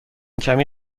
کمی